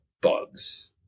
bugs